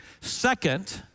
Second